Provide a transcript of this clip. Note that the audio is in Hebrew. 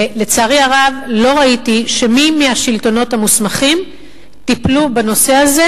לצערי הרב לא ראיתי שמי מהשלטונות המוסמכים טיפל בנושא הזה.